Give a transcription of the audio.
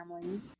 family